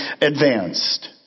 advanced